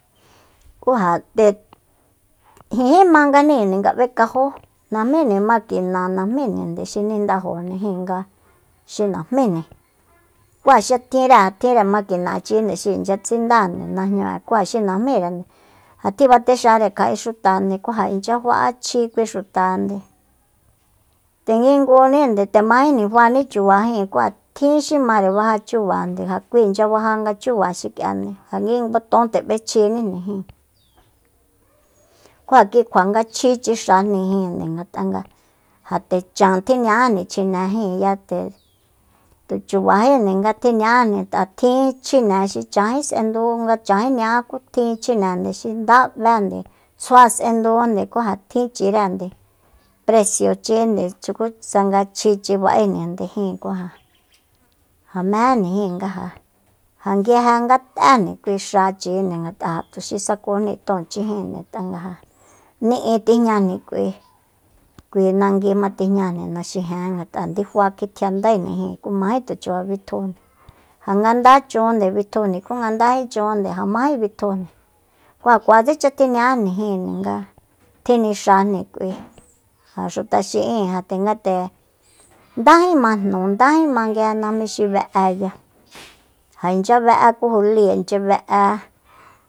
Ku ja nde jinjí mangajni nga b'ekajó najmíjni makina najmíjninde xi nindajojnijinde nga xi najmíjni ku ja xi tjinre tjinre makinachinde xi inchya tsindande najñu'e kú ja xi najmírende ja tjibtexare kja'é xutande kú ja inchya fa'achji kui xutande nde kinguninde nde majejni faní chuba ijin kú ja tjin xi mare baja chubajande ja kui inchya baja nga chuba xik'iande ja kingu ton nde b'echjinijíin ku ja kikjua nga chjíchi xáajníi jíin ngat'a nga ja nde chan tjiña'ájni chjine jíinya nde tuchubají nga tjiña'ájni ngat'a tjin chjine xi chanjí s'endu nga chanjí ña'á ku tjin chjinende xi ndá 'bénde tsjua kua s'endujande ku ja tjinchire preciochinde xuku tsanga chjíchi ba'éjnindejin ku ja- ja mejéjnijin nga ja- ja nguije nga t'énde kui xachinde ngat'a ja tuxi sakujni tóonchi jinde ngat'a nga ja ni'i tijñajni k'ui nangui jma tijñajni naxijen ngat'a ndifa kitjiandaejnijin ku majé tuchuba bitjujni ja nga ndá chun bitjujni ku nga ndajíchunde ja majé bitjujni ku ja kuatsecha tjiña'ajnijinde nga tjinixajni k'ui ja xuta xi'in ja nde ngate ndájí ma jnu ndajíma nguije najmí xi be'eya ja inchya be'e kujulíi inchya be'e